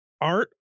Art